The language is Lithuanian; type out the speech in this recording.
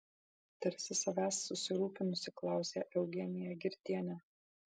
tarsi savęs susirūpinusi klausė eugenija girtienė